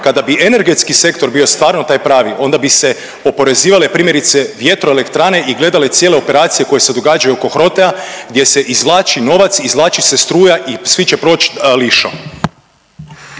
Kada bi energetski sektor bio stvarno taj pravi onda bi se oporezivale primjerice vjetro elektrane i gledale cijele operacije koje se događaju oko HROTE-a gdje se izvlači novac, izvlači se struja i svi će proći lišom.